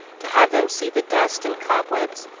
to have them see the dust and cobwebs,